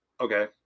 Okay